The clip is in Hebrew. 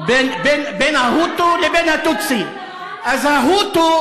בין ההוטו לבין הטוטסי -- רואנדה --- אז ההוטו